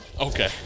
Okay